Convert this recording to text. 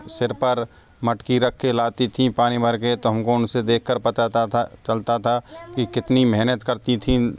सिर पर मटकी रख के लाती थी पानी भर के तो हमको उनसे देख कर पता था चलता था कि कितनी मेहनत करती थी